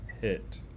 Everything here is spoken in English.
Hit